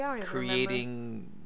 creating